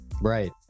Right